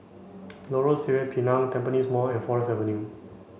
Lorong Sireh Pinang Tampines Mall and Forest